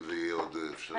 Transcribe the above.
אם זה יהיה עוד אפשרי.